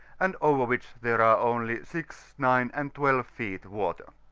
and over which there are only six, nine, and twelve feet water.